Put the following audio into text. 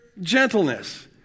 gentleness